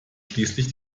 schließlich